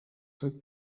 set